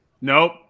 Nope